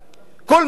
כל מי שמפנה,